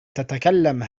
تتكلم